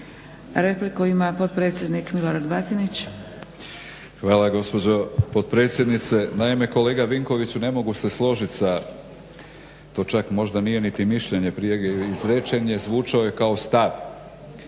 Repliku ima potpredsjednik Milorad Batinić. **Batinić, Milorad (HNS)** Hvala gospođo potpredsjednice. Naime, kolega Vinkoviću ne mogu se složiti sa, to čak možda nije niti mišljenje, prije …/Govornik se ne razumije./… zvučao je kao stav